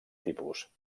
tipus